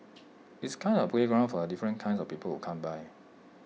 it's kind of A playground for the different kinds of people who come by